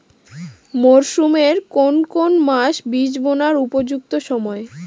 মরসুমের কোন কোন মাস বীজ বোনার উপযুক্ত সময়?